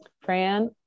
fran